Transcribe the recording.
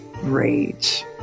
rage